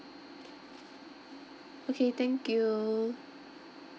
okay thank you